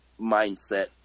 mindset